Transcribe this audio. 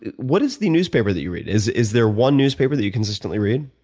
what is the newspaper that you read? is is there one newspaper that you consistently read?